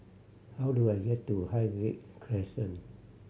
how do I get to Highgate Crescent